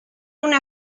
una